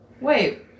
Wait